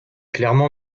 clairement